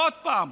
עוד פעם,